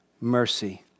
mercy